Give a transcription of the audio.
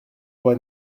loi